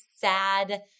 sad